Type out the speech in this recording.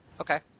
Okay